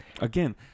again